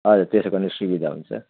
हजुर त्यसो गरे सुविधा हुन्छ